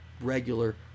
regular